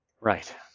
Right